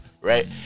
Right